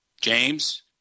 James